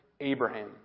Abraham